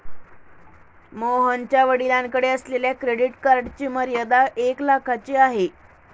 मोहनच्या वडिलांकडे असलेल्या क्रेडिट कार्डची मर्यादा एक लाखाची आहे